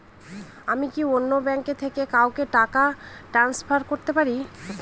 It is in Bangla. আমি কি অন্য ব্যাঙ্ক থেকে কাউকে টাকা ট্রান্সফার করতে পারি?